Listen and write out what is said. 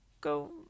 go